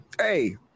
Hey